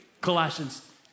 Colossians